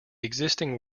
existing